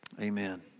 Amen